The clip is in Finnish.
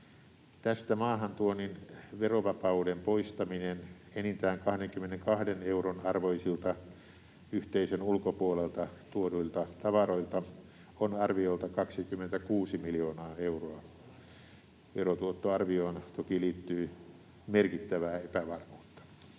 Tästä maahantuonnin verovapauden poistaminen enintään 22 euron arvoisilta yhteisön ulkopuolelta tuoduilta tavaroilta on arviolta 26 miljoonaa euroa. Verotuottoarvioon toki liittyy merkittävää epävarmuutta.